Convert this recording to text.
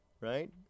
right